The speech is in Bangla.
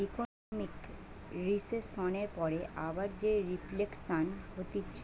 ইকোনোমিক রিসেসনের পরে আবার যেই রিফ্লেকশান হতিছে